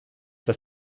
das